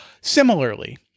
Similarly